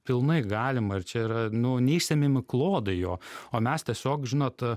pilnai galima ir čia yra nu neišsemiami klodai jo o mes tiesiog žinot